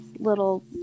little